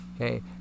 okay